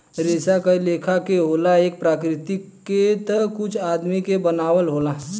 रेसा कए लेखा के होला कुछ प्राकृतिक के ता कुछ आदमी के बनावल होला